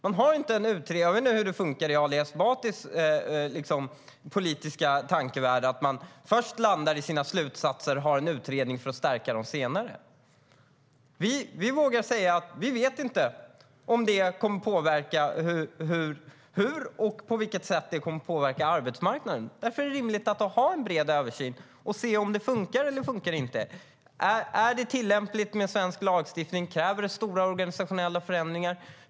Jag vet inte hur det funkar i Ali Esbatis politiska tankevärld. Ska man först landa i sina slutsatser och sedan ha en utredning för att stärka dessa slutsatser? Vi vågar säga att vi inte vet om och hur arbetsmarknaden kommer att påverkas. Därför är det rimligt att ha en bred översyn och se om det funkar eller inte. Är det tillämpligt med svensk lagstiftning? Kräver det stora organisatoriska förändringar?